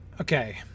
Okay